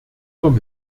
vom